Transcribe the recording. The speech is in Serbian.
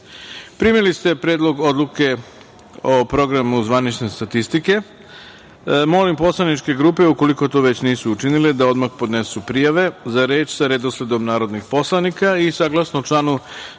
ste Predlog odluke o Programu zvanične statistike. Molim poslaničke grupe, ukoliko to već nisu učinile da odmah podnesu prijave za reč, sa redosledom narodnih poslanika. Saglasno članu